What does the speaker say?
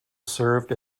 served